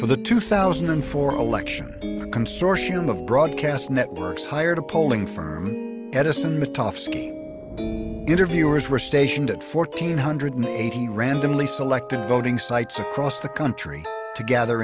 the two thousand and four election consortium of broadcast networks hired a polling firm edison the toughs interviewers were stationed at fourteen hundred eighty randomly selected voting sites across the country to gather